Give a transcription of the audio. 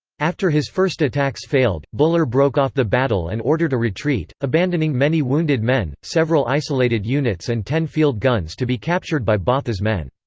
after his first attacks failed, buller broke off the battle and ordered a retreat, abandoning many wounded men, several isolated units and ten field guns to be captured by botha's men.